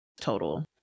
total